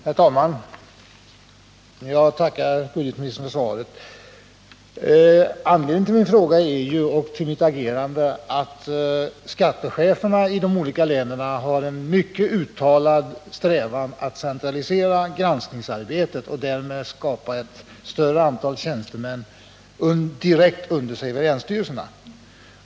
Herr talman! Jag tackar budgetoch ekonomiministern för svaret. Anledningen till min fråga och mitt agerande är att skattecheferna i de olika länen har en mycket uttalad strävan att centralisera granskningsarbetet, varigenom ett större antal tjänstemän ställs direkt under dem vid länsstyrelserna.